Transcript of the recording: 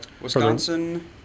Wisconsin